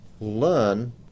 learn